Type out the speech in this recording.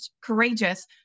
courageous